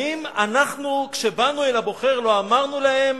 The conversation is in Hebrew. האם אנחנו כשבאנו אל הבוחרים לא אמרנו להם